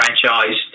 franchise